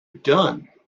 done